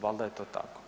Valjda je to tako?